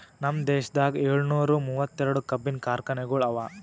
ನಮ್ ದೇಶದಾಗ್ ಏಳನೂರ ಮೂವತ್ತೆರಡು ಕಬ್ಬಿನ ಕಾರ್ಖಾನೆಗೊಳ್ ಅವಾ